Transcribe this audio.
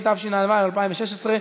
התשע"ו 2016,